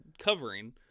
covering